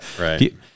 Right